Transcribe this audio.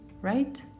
right